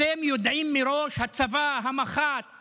אתם יודעים מראש, הצבא, המח"ט